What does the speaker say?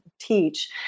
teach